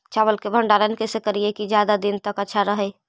चावल के भंडारण कैसे करिये की ज्यादा दीन तक अच्छा रहै?